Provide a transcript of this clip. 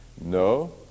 No